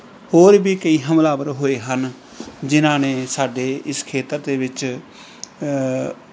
ਹੋਰ ਵੀ ਕਈ ਹਮਲਾਵਰ ਹੋਏ ਹਨ ਜਿਨ੍ਹਾਂ ਨੇ ਸਾਡੇ ਇਸ ਖੇਤਰ ਦੇ ਵਿੱਚ